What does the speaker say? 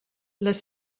les